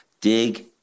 Dig